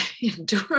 endure